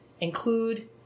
include